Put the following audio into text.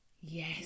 Yes